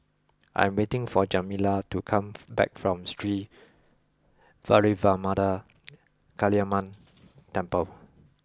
I am waiting for Jamila to come back from Sri Vairavimada Kaliamman Temple